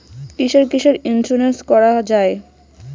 কিসের কিসের ইন্সুরেন্স করা যায়?